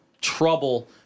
trouble